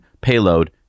payload